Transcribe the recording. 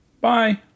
bye